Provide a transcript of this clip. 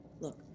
look